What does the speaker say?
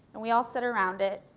and we all sat around it.